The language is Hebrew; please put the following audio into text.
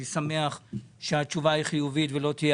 אני שמח שהתשובה היא חיובית ולא תהיה